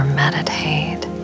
meditate